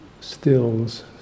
stills